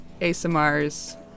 ASMRs